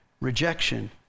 Rejection